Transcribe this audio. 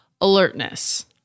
alertness